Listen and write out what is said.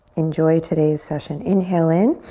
enjoy today's session. inhale in.